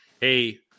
hey